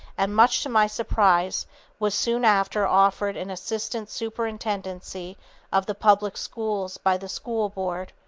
and much to my surprise was soon after offered an assistant superintendency of the public schools by the school board,